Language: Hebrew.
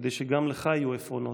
כדי שגם לך יהיו עפרונות.